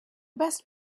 best